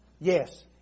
Yes